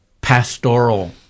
pastoral